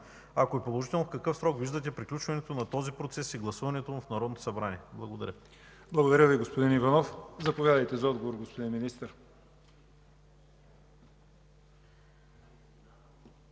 Ако е положително, в какъв срок виждате приключването на този процес и гласуването му в Народното събрание? Благодаря. ПРЕДСЕДАТЕЛ ЯВОР ХАЙТОВ: Благодаря Ви, господин Иванов. Заповядайте за отговор, господин Министър.